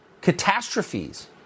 catastrophes